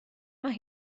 mae